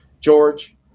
George